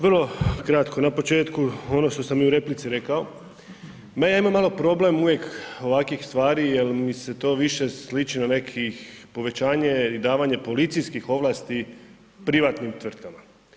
Vrlo kratko, na početku ono što sam i u replici rekao, ma ja imam malo problem uvijek ovakvih stvari jer mi se to više sliči na nekih povećanje i davanje policijskih ovlasti privatnim tvrtkama.